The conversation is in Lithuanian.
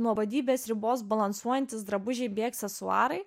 nuobodybės ribos balansuojantys drabužiai bei aksesuarai